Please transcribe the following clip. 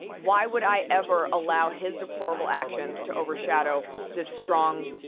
why would i ever allow his deplorable actions to overshadow this strong,